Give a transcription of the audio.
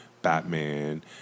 Batman